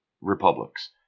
republics